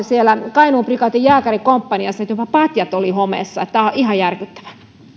siellä kainuun prikaatin jääkärikomppaniassa jopa patjat olivat homeessa tämä on ihan järkyttävää